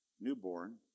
newborn